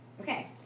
Okay